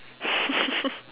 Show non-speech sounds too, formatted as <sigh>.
<laughs>